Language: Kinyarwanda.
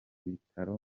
bitaro